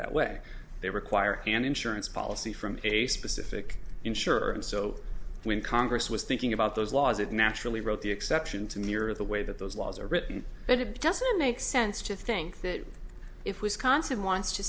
that way they require an insurance policy from a specific insurer and so when congress was thinking about those laws it naturally wrote the exception to mirror the way that those laws are written but it doesn't make sense to think that if wisconsin wants to